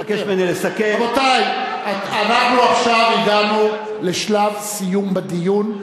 אדוני, אתה מבקש ממני לסכם.